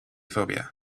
phobia